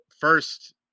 first